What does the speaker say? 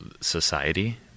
society